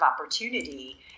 opportunity